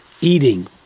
eating